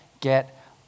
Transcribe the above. get